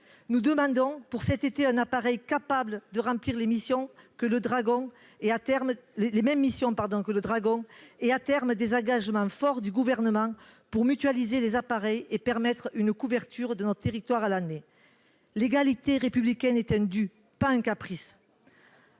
Nous demandons, pour cet été, un appareil capable de remplir les mêmes missions que le, et, à terme, des engagements forts du Gouvernement pour mutualiser les appareils et permettre une couverture de notre territoire à l'année. L'égalité républicaine est un dû, pas un caprice.